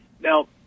Now